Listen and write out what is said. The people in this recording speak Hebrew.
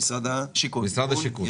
במשרד השיכון.